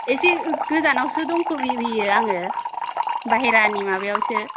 एसे गोजानावसो दंथ'फैयो आङो बाहेरानि माबायावसो